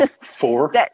Four